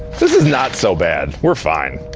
this is not so bad. we're fine.